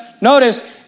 notice